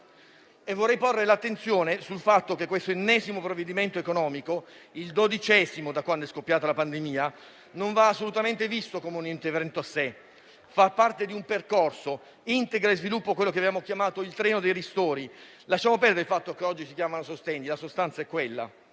Vorrei porre l'attenzione sul fatto che questo ennesimo provvedimento economico, il dodicesimo da quando è scoppiata la pandemia, non va assolutamente visto come un intervento a sé. Esso fa parte di un percorso, integra e sviluppa quello che abbiamo chiamato il treno dei ristori; lasciamo perdere il fatto che oggi si chiamano sostegni, perché la sostanza è quella.